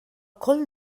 coll